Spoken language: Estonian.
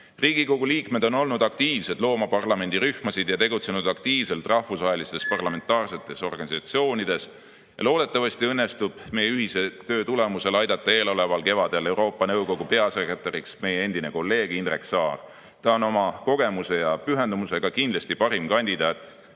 liikmed on olnud aktiivsed looma parlamendirühmasid ja nad on tegutsenud aktiivselt rahvusvahelistes parlamentaarsetes organisatsioonides. Loodetavasti õnnestub meie ühise töö tulemusel aidata eeloleval kevadel Euroopa Nõukogu peasekretäriks meie endine kolleeg Indrek Saar. Ta on oma kogemuse ja pühendumusega kindlasti parim kandidaat